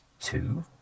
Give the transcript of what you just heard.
two